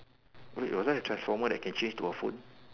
wait was there a transformer that can change into a phone